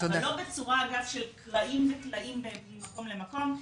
אבל לא בצורה של קרעים וטלאים ממקום למקום.